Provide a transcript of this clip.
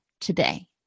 today